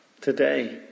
Today